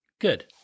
Good